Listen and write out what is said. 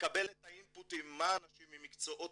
לקבל את האינפוטים מה אנשים עם מקצועות